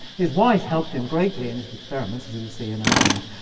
his wife helped him greatly in his experiments, as we'll see in a moment.